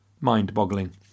mind-boggling